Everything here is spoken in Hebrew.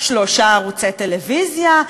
שלושה ערוצי טלוויזיה,